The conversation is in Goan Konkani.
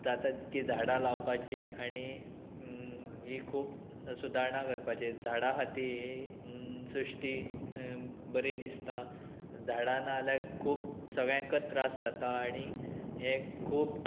जाता तितकी झाडां लावपाची आनी ही खूब सुदारणां करपाची झाडां खातीर ही सृश्टी बरी दिसता झाडां ना जाल्यार खूब सगळ्यांकच त्रास जाता आनी हें खूब